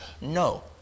No